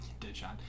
Deadshot